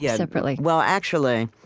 yeah so but like well, actually,